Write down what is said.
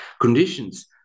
conditions